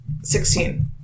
Sixteen